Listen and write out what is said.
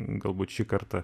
galbūt šį kartą